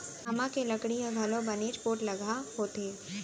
आमा के लकड़ी ह घलौ बनेच पोठलगहा होथे